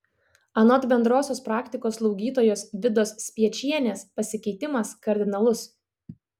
anot bendrosios praktikos slaugytojos vidos spiečienės pasikeitimas kardinalus